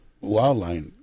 wildlife